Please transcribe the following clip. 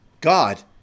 God